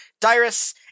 Dyrus